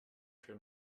fer